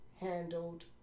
handled